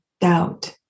doubt